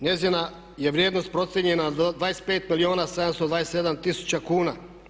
Njezina je vrijednost procijenjena za 25 milijuna 727 tisuća kuna.